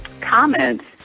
comments